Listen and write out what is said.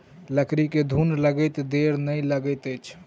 लकड़ी में घुन लगैत देर नै लगैत अछि